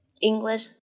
English